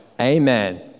Amen